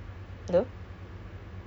you doing events under what